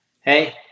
Hey